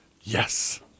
Yes